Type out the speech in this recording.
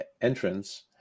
entrance